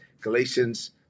Galatians